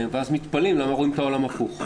ואז מתפלאים למה רואים את העולם הפוך.